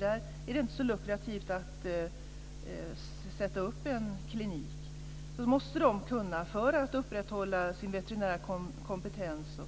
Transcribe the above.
Där är det inte så lukrativt att sätta upp en klinik. För att upprätthålla sin veterinära kompetens och